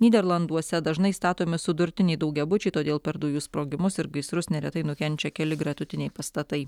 nyderlanduose dažnai statomi sudurtiniai daugiabučiai todėl per dujų sprogimus ir gaisrus neretai nukenčia keli gretutiniai pastatai